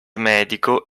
medico